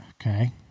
Okay